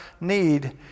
need